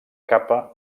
capa